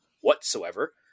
whatsoever